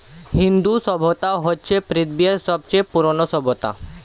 হিন্দু সভ্যতা হচ্ছে পৃথিবীর সবচেয়ে পুরোনো সভ্যতা